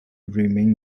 remain